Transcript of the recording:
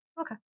okay